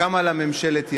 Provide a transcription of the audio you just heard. וקמה לה ממשלת ימין.